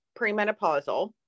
premenopausal